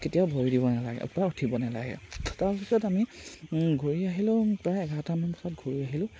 কেতিয়াও ভৰি দিব নালাগে ওপৰত উঠিব নালাগে তাৰপিছত আমি ঘূৰি আহিলেও প্ৰায় এঘাৰটামান বজাত ঘূৰি আহিলোঁ